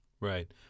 Right